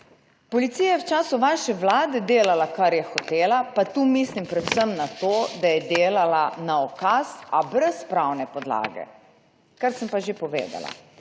Policija je v času vaše Vlade delala kar je hotela, pa tu mislim predvsem na to, da je delala na ukaz, a brez pravne podlage, kar sem pa že povedala.